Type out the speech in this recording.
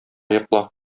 йокла